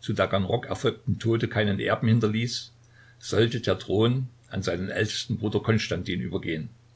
zu taganrog erfolgten tode keinen erben hinterließ sollte der thron an seinen ältesten bruder konstantin übergehen